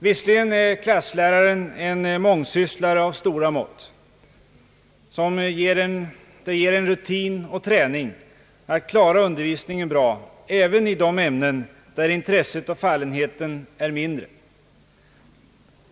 Visserligen är klassläraren en mångsysslare av stora mått med rutin och träning att klara undervisningen bra även i de ämnen där intresset och fallenheten är mindre.